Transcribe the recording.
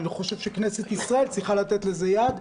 אני חושב שכנסת ישראל לא צריכה לתת לזה יד,